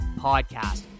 Podcast